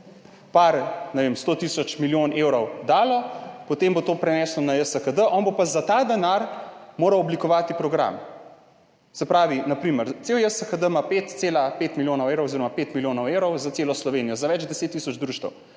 par 100 tisoč, milijon evrov, potem bo to preneslo na JSKD, on bo pa za ta denar moral oblikovati program. Na primer, cel JSKD ima 5,5 milijona evrov oziroma 5 milijonov evrov za celo Slovenijo, za več 10 tisoč društev.